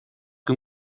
que